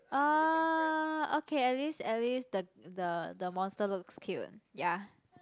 uh okay at least at least the the the monster looks cute ya